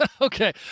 Okay